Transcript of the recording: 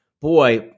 boy